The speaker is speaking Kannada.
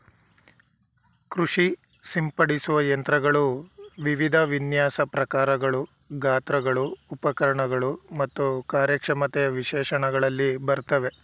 ಕೃಷಿ ಸಿಂಪಡಿಸುವ ಯಂತ್ರಗಳು ವಿವಿಧ ವಿನ್ಯಾಸ ಪ್ರಕಾರಗಳು ಗಾತ್ರಗಳು ಉಪಕರಣಗಳು ಮತ್ತು ಕಾರ್ಯಕ್ಷಮತೆಯ ವಿಶೇಷಣಗಳಲ್ಲಿ ಬರ್ತವೆ